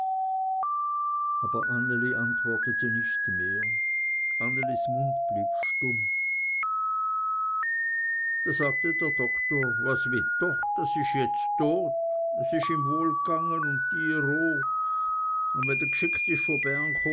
aber anneli antwortete nicht mehr annelis mund blieb stumm da sagte der doktor was witt doch das isch jetzt tot es isch ihm wohl gange u dir o